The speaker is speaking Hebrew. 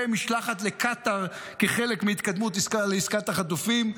משלחת לקטר כחלק מהתקדמות עסקה לעסקת החטופים,